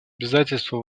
обязательства